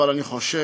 אבל אני חושב